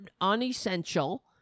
unessential